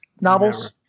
novels